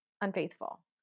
unfaithful